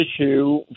issue